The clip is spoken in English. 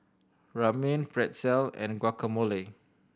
Ramen Pretzel and Guacamole